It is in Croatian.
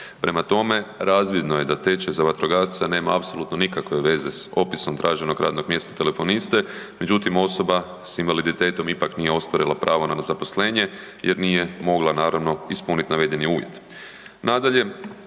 Prema tome, razvidno je da tečaj za vatrogasca nema apsolutno nikakve veze s opisom traženog radnog mjesta telefoniste, međutim, osoba s invaliditetom ipak nije ostvarila pravo na zaposlenje jer nije mogla, naravno, ispuniti navedeni uvjet.